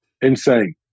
Insane